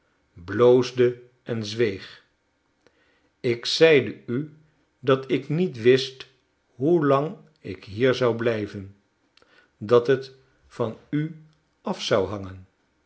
bloosde en zweeg ik zeide u dat ik niet wist hoe lang ik hier zou blijven dat het van u af zou hangen